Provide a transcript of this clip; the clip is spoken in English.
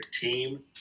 team